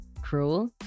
Cruel